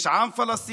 יש עם פלסטיני,